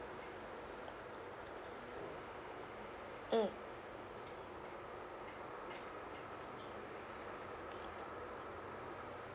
mm